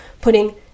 putting